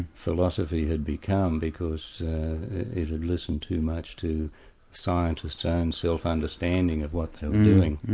philosophy had become, because it had listened too much to scientists' own self-understanding of what they were doing.